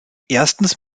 erstens